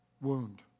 wound